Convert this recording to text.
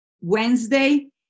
Wednesday